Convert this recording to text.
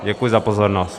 Děkuji za pozornost.